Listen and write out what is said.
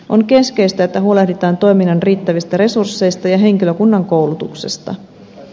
on keskeistä että huolehditaan toiminnan riittävistä resursseista ja henkilökunnan koulutuksesta